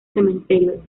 cementerio